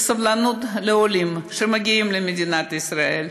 לסובלנות לעולים שמגיעים למדינת ישראל,